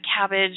cabbage